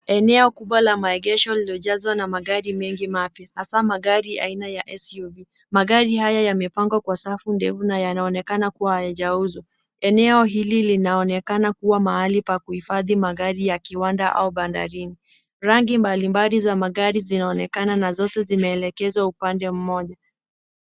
Eneo kubwa la maegesho lililojazwa na magari mengi mapya, hasa magari aina ya SUV. Magari haya yamepangwa kwa safu ndefu na yanaonekana kua hayajauzwa. Eneo hili linaonekana kua mahali pa kuhifadhi magari ya kiwanda au bandarini. Rangi mbali mbali za magari zinaonekana na zote zimeelekezwa upande mmoja.